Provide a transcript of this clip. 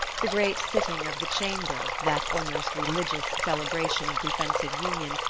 the great sitting of the chamber, that almost religious celebration of defensive union,